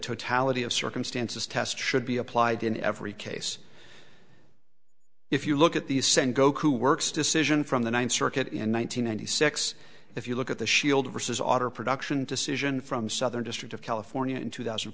totality of circumstances test should be applied in every case if you look at the send goku works decision from the ninth circuit in one thousand nine hundred six if you look at the shield versus auto production decision from southern district of california in two thousand and